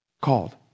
called